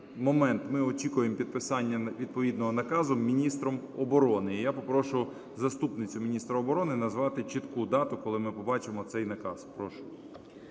ми очікуємо підписання відповідного наказу міністром оборони. Я попрошу заступницю міністра оборони назвати чітку дату, коли ми побачимо цей наказ. Прошу.